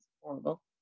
horrible